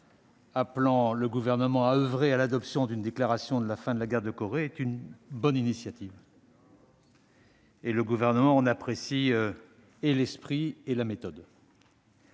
appelle le Gouvernement à oeuvrer à l'adoption d'une déclaration de la fin de la guerre de Corée, est une bonne initiative, dont l'exécutif apprécie l'esprit et la méthode.